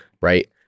right